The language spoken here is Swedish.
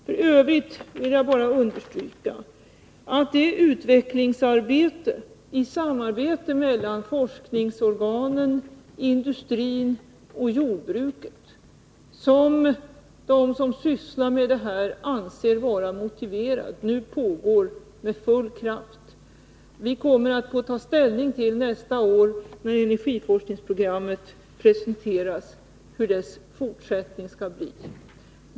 F. ö. vill jag bara understryka att det utvecklingsarbete i samarbete mellan forskningsorganen, industrin och jordbruket som de som sysslar med detta anser vara motiverat nu pågår med full kraft. Vi kommer att nästa år, när energiforskningsprogrammet presenteras, få ta ställning till hur dess fortsättning skall bli.